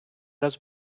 раз